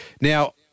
Now